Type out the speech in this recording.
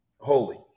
holy